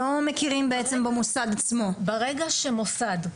ברגע שמוסד,